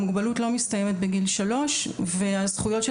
המוגבלות לא מסתיימת בגיל שלוש והזכויות של